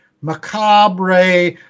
macabre